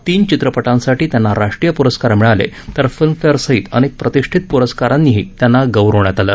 तीन चित्रपटांसाठी त्यांना राष्ट्रीय प्रस्कार मिळाले तर फिल्मफेअर सहित अनेक प्रतिष्ठित प्रस्कारांनीही त्यांना गौरवण्यात आलं